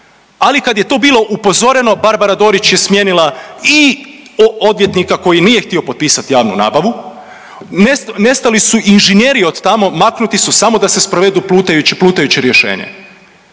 Ali kad je to bilo upozoreno Barbara Dorić je smijenila i odvjetnika koji nije htio potpisati javnu nabavu, nestali su inženjeri od tamo, maknuti su samo da se sprovedu plutajuće rješenje.